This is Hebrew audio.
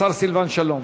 השר סילבן שלום.